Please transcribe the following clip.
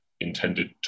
intended